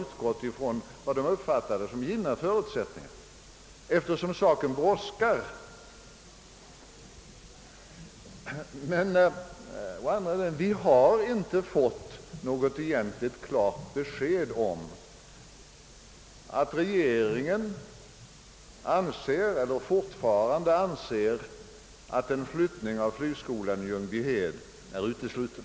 utgått från vad de uppfattat som givna förutsättningar, eftersom saken brådskar. Men vi har inte fått något egentligt klart besked om att regeringen ansett eller fortfarande anser att en flyttning av flygskolan i Ljungbyhed är utesluten.